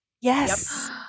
yes